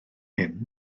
hyn